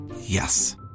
Yes